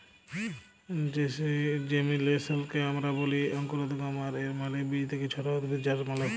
জেমিলেসলকে আমরা ব্যলি অংকুরোদগম আর এর মালে বীজ থ্যাকে ছট উদ্ভিদ জলমাল